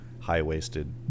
high-waisted